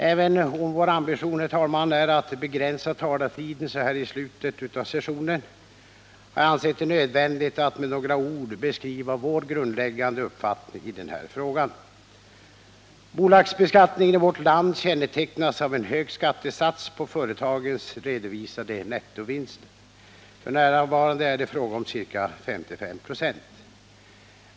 Även om vår ambition är att begränsa talartiden så här i slutskedet av sessionen, har jag ansett det nödvändigt att med några ord beskriva vår grundläggande uppfattning i den här frågan. Bolagsbeskattningen i vårt land kännetecknas av en hög skattesats på företagens redovisade nettovinster. F.n. är det fråga om ca 55 96.